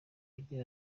agira